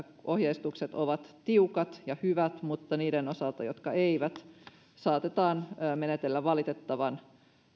ohjeistukset ovat tiukat ja hyvät mutta niiden osalta jotka eivät saatetaan menetellä valitettavan